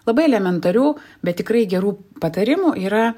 labai elementarių bet tikrai gerų patarimų yra